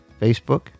Facebook